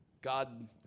God